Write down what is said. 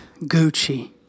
Gucci